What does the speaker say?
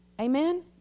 Amen